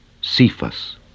Cephas